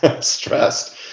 stressed